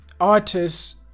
artists